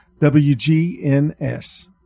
WGNS